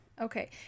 Okay